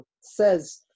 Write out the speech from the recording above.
says